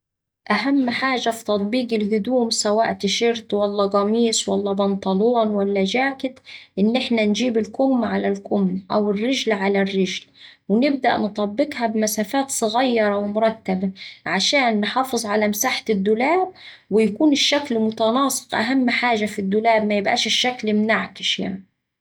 أهم حاجة في تطبيق الهدوم سواء تيشيرت ولا قميص ولا بنطلون ولا جاكيت، إن إحنا بنجيب الكم على الكم أو الرجل على الرجل ونبدأ نطبقها بمسافات صغيرة ومُرتبة عشان نحافظ على مساحة الدولاب ويكون الشكل متناسق أهم حاجة في الدولاب ميبقاش الشكل منعكش يعني